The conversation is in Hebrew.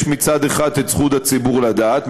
יש מצד אחד את זכות הציבור לדעת,